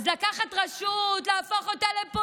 וזה מה שאנחנו מבקשים, להמשיך לעשות את זה.